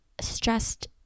stressed